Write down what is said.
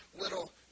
little